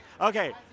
Okay